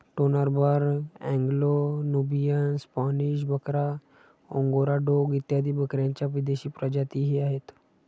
Toggenburg, Anglo Nubian, Spanish बकरा, Angora डोंग इत्यादी बकऱ्यांच्या विदेशी प्रजातीही आहेत